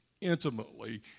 intimately